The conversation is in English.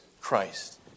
Christ